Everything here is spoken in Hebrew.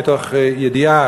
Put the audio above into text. מתוך ידיעה,